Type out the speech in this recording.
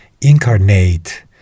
incarnate